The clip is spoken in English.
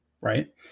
right